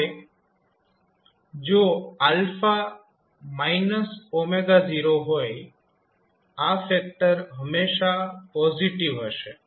હવે જો 0 હોય આ ફેક્ટર હંમેશા પોઝિટીવ હશે